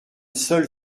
seule